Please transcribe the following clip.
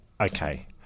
okay